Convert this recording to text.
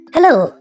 Hello